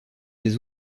des